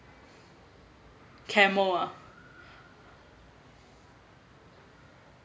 camel ah